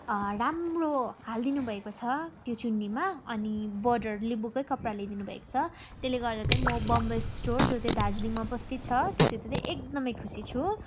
राम्रो हालिदिनुभएको छ त्यो चुन्नीमा अनि बोर्डर लिम्बूकै कपडाले दिनुभएको छ त्यसले गर्दा चाहिँ म बम्बई स्टोर जो चाहिँ दार्जिलिङमा उपस्थित छ त्योसित चाहिँ एकदमै खुसी छु